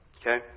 Okay